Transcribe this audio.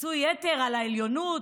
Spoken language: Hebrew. פיצוי יתר על העליונות,